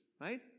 right